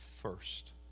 first